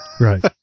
right